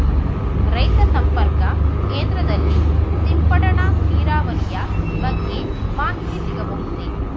ರೈತ ಸಂಪರ್ಕ ಕೇಂದ್ರದಲ್ಲಿ ಸಿಂಪಡಣಾ ನೀರಾವರಿಯ ಬಗ್ಗೆ ಮಾಹಿತಿ ಸಿಗಬಹುದೇ?